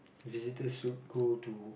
visitors should go to